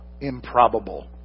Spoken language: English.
improbable